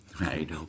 right